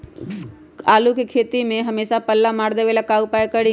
आलू के खेती में हमेसा पल्ला मार देवे ला का उपाय करी?